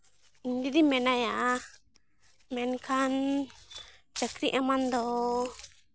ᱤᱧ ᱫᱤᱫᱤ ᱢᱮᱱᱟᱭᱟ ᱢᱮᱱᱠᱷᱟᱱ ᱪᱟᱹᱠᱨᱤ ᱮᱢᱟᱱ ᱫᱚ